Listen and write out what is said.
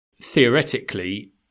theoretically